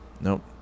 Nope